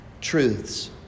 truths